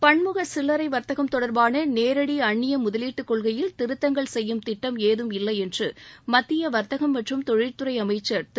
பன்முக சில்லரை வர்த்தகம் தொடர்பான நேரடி அன்னிய முதலீட்டுக் கொள்கையில் திருத்தங்கள் செய்யும் திட்டம் ஏதும் இல்லை என்று மத்திய வர்த்தக மற்றும் தொழில்துறை அமைச்சர் திரு